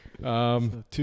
Two